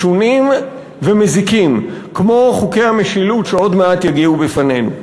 משונים ומזיקים כמו חוקי המשילות שעוד מעט יגיעו אלינו?